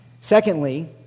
Secondly